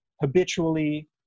habitually